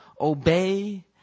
obey